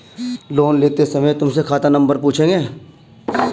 loan लेते समय तुमसे खाता नंबर पूछेंगे